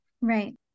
Right